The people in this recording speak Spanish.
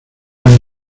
años